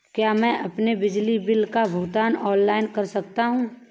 क्या मैं अपने बिजली बिल का भुगतान ऑनलाइन कर सकता हूँ?